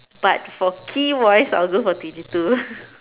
but for key wise I'll go for twenty two